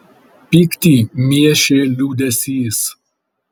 pyktį miešė liūdesys